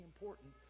important